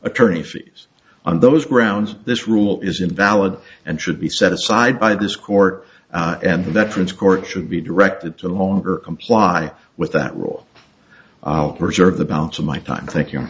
attorney fees on those grounds this rule is invalid and should be set aside by this court and the veterans court should be directed to longer comply with that rule preserve the balance of my time thank you